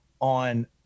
on